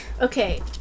Okay